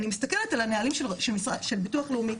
אני מסתכלת על הנהלים של ביטוח לאומי,